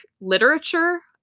literature